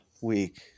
week